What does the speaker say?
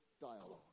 dialogue